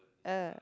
ah